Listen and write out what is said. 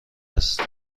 است